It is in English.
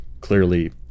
clearly